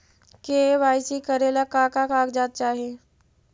KYC करे ला का का कागजात चाही?